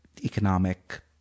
economic